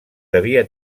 devia